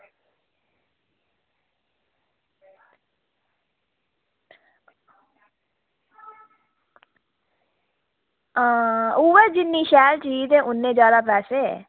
हां उ'ऐ जिन्नी शैल चीज़ ते उन्ने जैदा पैसे